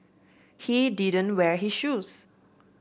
he didn't wear his shoes